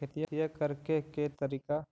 खेतिया करेके के तारिका?